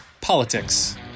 politics